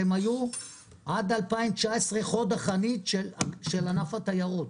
עד 2019 הם היו חוד החנית של ענף התיירות.